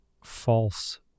false